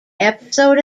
episode